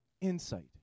insight